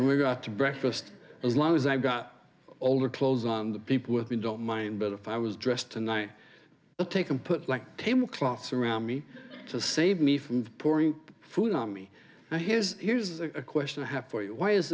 we've got to breakfast as long as i've got older clothes on the people with me don't mind but if i was dressed tonight take and put like table cloths around me to save me from pouring food on me now here's here's a question i have for you why is